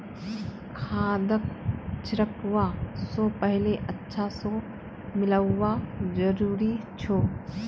खादक छिड़कवा स पहले अच्छा स मिलव्वा जरूरी छ